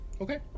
Okay